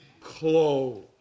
clothes